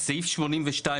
סעיף 82,